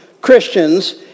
Christians